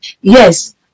Yes